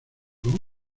oro